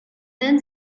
then